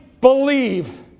believe